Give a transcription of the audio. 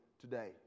today